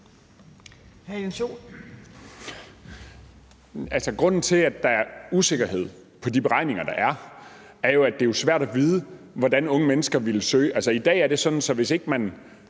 Grunden til, at der er usikkerhed om de beregninger, der er, er jo, at det er svært at vide, hvordan unge mennesker vil søge. I dag er det sådan, at hvis ikke man